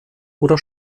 oder